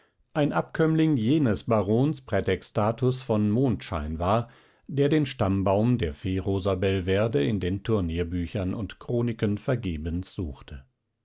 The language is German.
ein abkömmling jenes barons prätextatus von mondschein war der den stammbaum der fee rosabelverde in den turnierbüchern und chroniken vergebens suchte